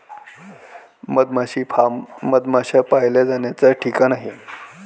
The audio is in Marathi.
मधमाशी फार्म मधमाश्या पाळल्या जाण्याचा ठिकाण आहे